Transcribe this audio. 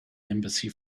embassy